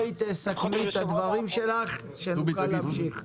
תסכמי את הדברים שלך כדי שנוכל להמשיך.